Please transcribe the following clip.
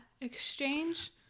exchange